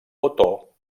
otó